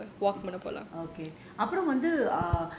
mm okay